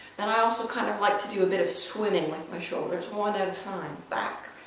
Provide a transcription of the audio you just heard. then i um so kind of like to do a bit of swimming with my shoulders, one at a time back,